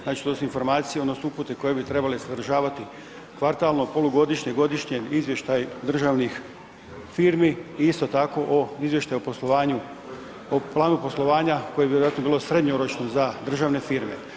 Znači to su informacije odnosno upute koje bi trebale sadržavati kvartalno, polugodišnje, godišnje izvještaj državnih firmi i isto tako o, izvještaj o poslovanju, o planu poslovanja koje bi vjerojatno bilo srednjoročno za državne firme.